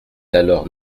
alors